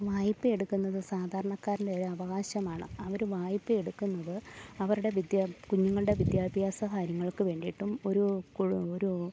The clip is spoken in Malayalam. വായ്പ എടുക്കുന്നത് സാധാരണക്കാരൻ്റെ ഒരവകാശമാണ് അവർ വായ്പ എടുക്കുന്നത് അവരുടെ വിദ്യാ കുഞ്ഞുങ്ങളുടെ വിദ്യാഭ്യാസ കാര്യങ്ങൾക്ക് വേണ്ടിയിട്ടും ഒരു ഒരു